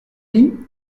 lit